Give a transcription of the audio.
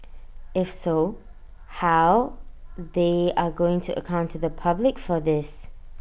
if so how they are going to account to the public for this